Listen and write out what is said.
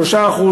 3%,